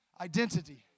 Identity